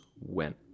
went